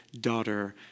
daughter